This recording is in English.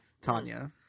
Tanya